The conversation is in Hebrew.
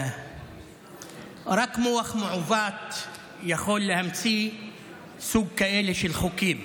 רק מוח מעוות יכול להמציא סוגים כאלה של חוקים.